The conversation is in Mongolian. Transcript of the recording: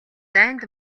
дайнд